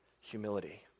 Humility